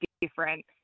different